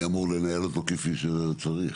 מי אמור לנהל אותו כפי שצריך?